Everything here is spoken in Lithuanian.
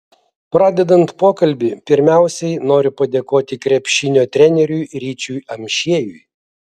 pradedant pokalbį pirmiausiai noriu padėkoti krepšinio treneriui ryčiui amšiejui